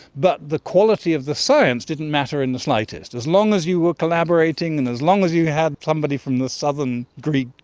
but the quality of the science didn't matter in the slightest, as long as you were collaborating and as long as you had somebody from the southern greek,